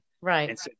Right